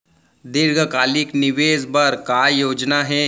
दीर्घकालिक निवेश बर का योजना हे?